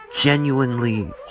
genuinely